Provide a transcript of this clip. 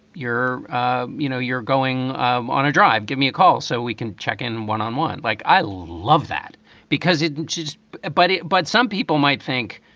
you're ah you know, you're going um on a drive. give me a call so we can check in one on one. like, i love that because it is a buddy. but some people might think,